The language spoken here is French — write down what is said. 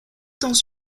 dans